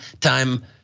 time